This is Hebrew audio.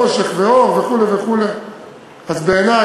חושך ואור וכו' וכו' אז בעיני,